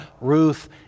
Ruth